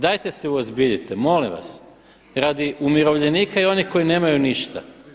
Dajte se uozbiljite molim vas radi umirovljenika i onih koji nemaju ništa.